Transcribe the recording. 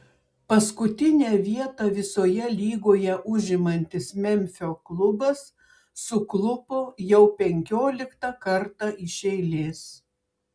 paskutinę vietą visoje lygoje užimantis memfio klubas suklupo jau penkioliktą kartą iš eilės